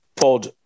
pod